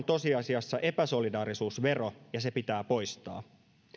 tosiasiassa epäsolidaarisuusvero ja se pitää poistaa